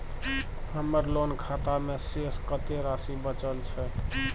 हमर लोन खाता मे शेस कत्ते राशि बचल छै?